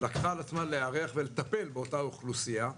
לקחה על עצמה לארח ולטפל באותה אוכלוסייה.